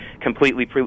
completely